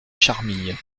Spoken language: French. charmilles